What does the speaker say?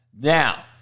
Now